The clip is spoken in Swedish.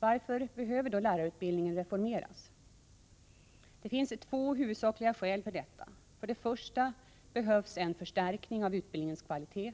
Varför behöver då lärarutbildningen reformeras? Det finns två huvudsakliga skäl för detta. För det första behövs en förstärkning av utbildningens kvalitet.